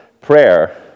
Prayer